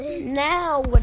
now